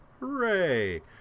Hooray